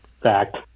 Fact